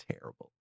terrible